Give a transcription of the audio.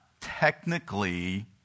technically